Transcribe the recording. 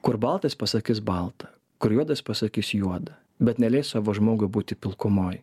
kur balta jis pasakys balta kur juoda jis pasakys juoda bet neleis savo žmogui būti pilkumoj